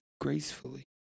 gracefully